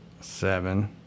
Seven